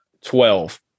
Twelve